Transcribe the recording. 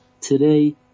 today